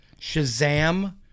shazam